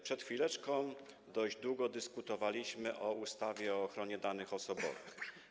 Przed chwileczką dość długo dyskutowaliśmy o ustawie o ochronie danych osobowych.